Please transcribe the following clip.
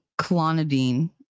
Clonidine